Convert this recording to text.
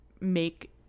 make